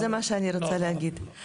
זה מה שאני רוצה להגיד,